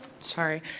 sorry